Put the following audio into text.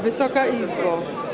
Wysoka Izbo!